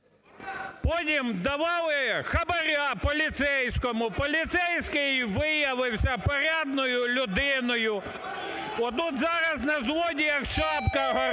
потім давали хабара поліцейському. Поліцейський виявився порядною людиною. Отут зараз на злодіях шапка горить.